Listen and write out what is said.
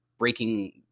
breaking